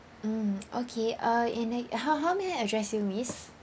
mm okay uh and I how~ how may I address you miss